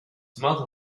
mother